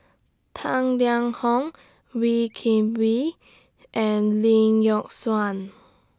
Tang Liang Hong Wee Kim Wee and Lee Yock Suan